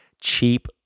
cheap